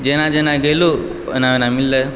जेना जेना गैलू ओना ओना मिललय